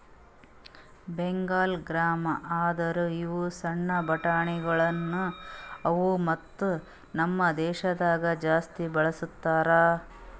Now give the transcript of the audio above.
Bengal gram ಅಂದುರ್ ಇವು ಸಣ್ಣ ಬಟಾಣಿಗೊಳ್ ಅವಾ ಮತ್ತ ನಮ್ ದೇಶದಾಗ್ ಜಾಸ್ತಿ ಬಳ್ಸತಾರ್